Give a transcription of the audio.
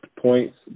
points